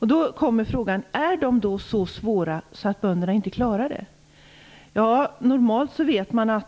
Då uppkommer frågan: Är då villkoren så svåra att bönderna inte kan uppfylla